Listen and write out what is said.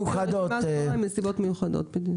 נסיבות מיוחדות.